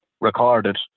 recorded